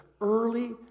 early